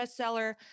bestseller